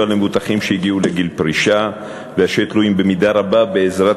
למבוטחים שהגיעו לגיל פרישה ואשר תלויים במידה רבה בעזרת